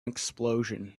explosion